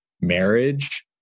marriage